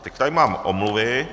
Teď tady mám omluvy.